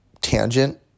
tangent